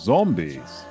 Zombies